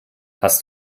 hast